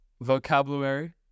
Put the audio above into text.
vocabulary